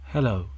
Hello